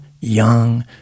young